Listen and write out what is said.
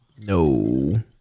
No